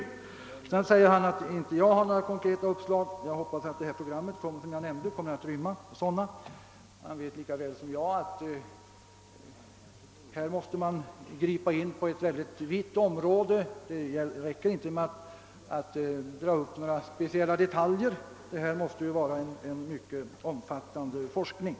beteenden och handlingsmönster re att jag inte hade några konkreta uppslag. Jag hoppas att det av mig nämnda programmet kommer att inrymma några sådana. Herr statsrådet vet lika väl som jag att det gäller att angripa ett mycket vitt område. Det är inte tillräckligt att ta upp några enskilda detaljer, utan det gäller en mycket omfattande forskning.